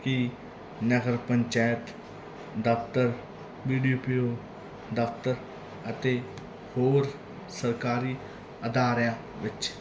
ਕਿ ਨਗਰ ਪੰਚਾਇਤ ਦਫ਼ਤਰ ਵੀ ਡੀ ਪੀ ਓ ਦਫ਼ਤਰ ਅਤੇ ਹੋਰ ਸਰਕਾਰੀ ਅਦਾਰਿਆਂ ਵਿੱਚ